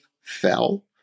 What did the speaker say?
fell